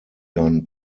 gun